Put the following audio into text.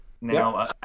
Now